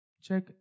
Check